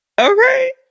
okay